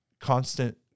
constant